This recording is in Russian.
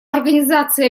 организации